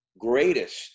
greatest